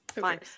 fine